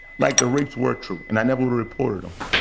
like the rapes were true, and i never would've reported them.